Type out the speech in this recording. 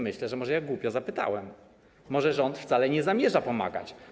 Myślę, że może głupio zapytałem, może rząd wcale nie zamierza pomagać.